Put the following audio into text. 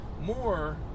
more